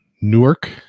Newark